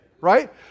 right